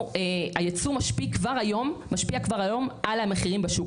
הייצוא משפיע כבר היום על המחירים בשוק.